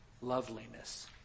loveliness